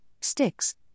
sticks